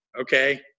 okay